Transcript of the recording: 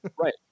Right